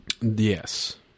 Yes